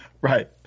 Right